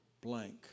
blank